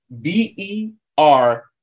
b-e-r